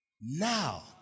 now